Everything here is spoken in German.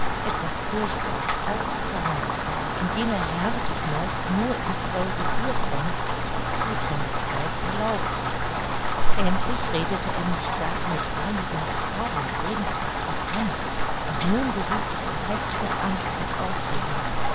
etwas durchaus auffallendes war und jener herr sich meist nur in folge hiervon die zudringlichkeit erlaubte endlich redete er mich gar mit einigen faden redensarten an und nun gerieth ich in heftige angst und aufregung